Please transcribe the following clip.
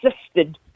assisted